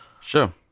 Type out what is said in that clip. Sure